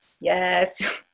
Yes